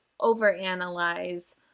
overanalyze